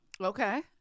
Okay